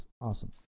Awesome